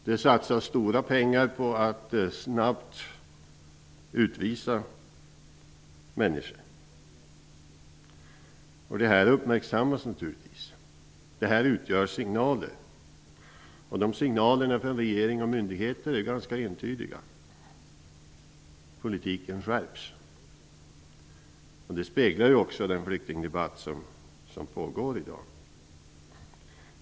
Det satsas stora pengar på att snabbt utvisa människor. Det här uppmärksammas naturligtvis. Det här utgör signaler. Signalerna från regering och myndigheter är ganska entydiga: politiken skärps. Det speglar också den flyktingdebatt som förs i dag.